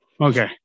Okay